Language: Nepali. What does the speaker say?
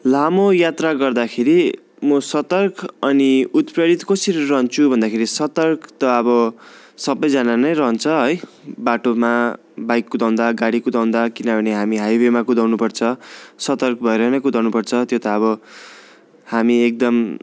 लामो यात्रा गर्दाखेरि म सतर्क अनि उत्प्रेरित कसरी रहन्छु भन्दाखेरि सतर्क त अब सबैजना नै रहन्छ है बाटोमा बाइक कुदाउँदा गाडी कुदाउँदा किनभने हामी हाइवेमा कुदाउनु पर्छ सतर्क भएर नै कुदाउनु पर्छ त्यो त अब हामी एकदम